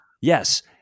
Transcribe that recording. Yes